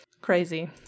crazy